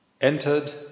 entered